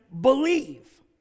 believe